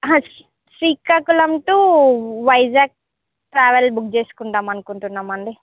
Srikakulam to Vizag travel book చేసుకుందాం అనుకుంటున్నాం అండీ